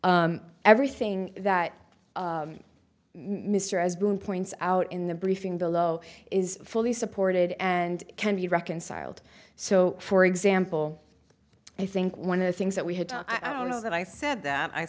record everything that mr as boone points out in the briefing below is fully supported and can be reconciled so for example i think one of the things that we had i don't know that i said that i